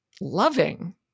loving